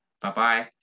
Bye-bye